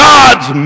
God's